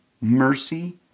mercy